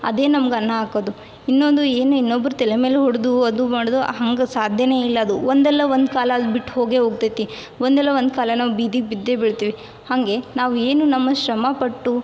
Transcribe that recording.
ಅದೇ ನಮ್ಗೆ ಅನ್ನ ಹಾಕೋದು ಇನ್ನೊಂದು ಏನು ಇನ್ನೊಬ್ರ ತಲೆ ಮೇಲೆ ಹೊಡೆದು ಅದು ಮಾಡೋದು ಹಂಗೆ ಸಾಧ್ಯವೇ ಇಲ್ಲ ಅದು ಒಂದಲ್ಲ ಒಂದು ಕಾಲ್ದಲ್ ಬಿಟ್ಟು ಹೋಗೇ ಹೋಗ್ತೈತಿ ಒಂದಲ್ಲ ಒಂದು ಕಾಲ ನಾವು ಬೀದಿಗೆ ಬಿದ್ದೇ ಬೀಳ್ತೀವಿ ಹಾಗೆ ನಾವು ಏನು ನಮ್ಮ ಶ್ರಮಪಟ್ಟು